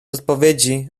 odpowiedzi